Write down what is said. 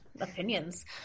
Opinions